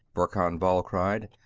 verkan vall cried.